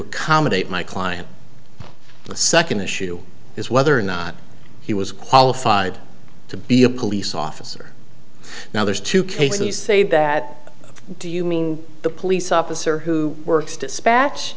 accommodate my client the second issue is whether or not he was qualified to be a police officer now those two cases say that do you mean the police officer who works dispatch